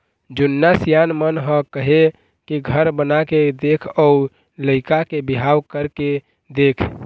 जुन्ना सियान मन ह कहे हे घर बनाके देख अउ लइका के बिहाव करके देख